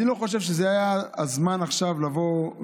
אני לא חושב שזה היה הזמן עכשיו לדון,